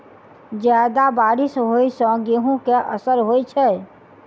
जियादा बारिश होइ सऽ गेंहूँ केँ असर होइ छै?